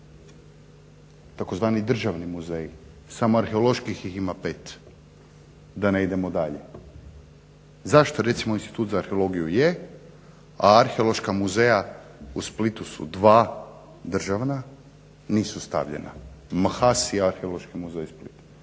RH, tzv. državni muzeji. Samo arheoloških ih ima 5, da ne idemo dalje. Zašto recimo Institut za arheologiju je, a Arheološka muzeja u Splitu su 2 državna nisu stavljena? …/Govornik se ne